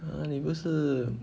啊你不是